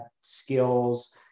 skills